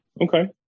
Okay